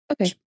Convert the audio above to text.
Okay